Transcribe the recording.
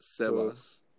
Sebas